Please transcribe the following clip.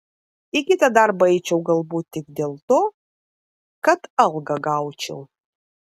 į kitą darbą eičiau galbūt tik dėl to kad algą gaučiau